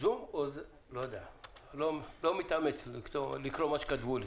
אני לא מתאמץ לקרוא מה שכתבו לי.